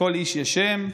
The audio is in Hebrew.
לכל איש יש שם,